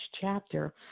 chapter